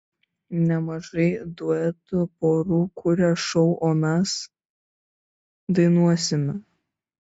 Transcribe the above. nemažai duetų porų kuria šou o mes dainuosime